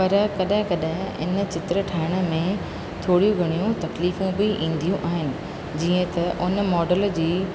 पर कॾहिं कॾहिं इन चित्र ठाहिण में थोरियूं घणियूं तकलीफ़ू बि ईंदियूं आहिनि जीअं त उन मॉडल जी